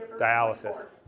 Dialysis